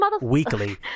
weekly